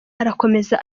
arakomeza